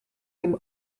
jim